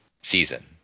season